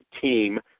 team